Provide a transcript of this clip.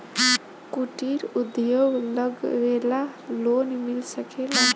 कुटिर उद्योग लगवेला लोन मिल सकेला?